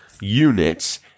units